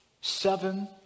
seven